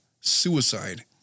suicide